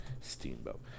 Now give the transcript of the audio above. Steamboat